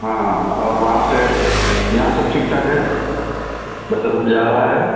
ہاں ہاں اور وہاں سے یہاں سب ٹھیک ٹھاک ہے بچہ سب جا رہا ہے